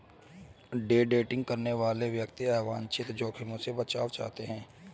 day trading करने वाले व्यक्ति अवांछित जोखिम से बचना चाहते हैं